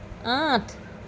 আঠ